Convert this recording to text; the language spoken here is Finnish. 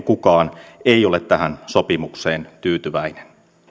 kukaan ei ole tähän sopimukseen tyytyväinen